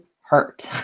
hurt